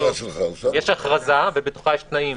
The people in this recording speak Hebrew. יש הכרזה ובתוכה יש תנאים.